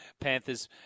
Panthers